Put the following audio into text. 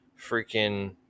freaking